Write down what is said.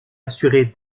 assurer